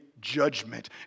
judgment